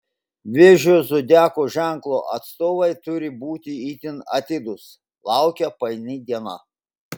vėžio zodiako ženklo atstovai turi būti itin atidūs laukia paini diena